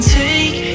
take